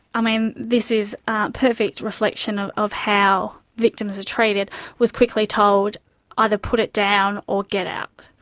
i mean this is a perfect reflection of of how victims are treated was quickly told either put it down or get out,